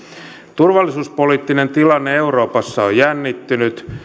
turvallisuuspoliittinen tilanne euroopassa on jännittynyt